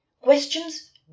Questions